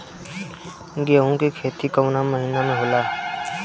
गेहूँ के खेती कवना महीना में होला?